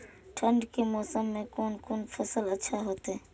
ठंड के मौसम में कोन कोन फसल अच्छा होते?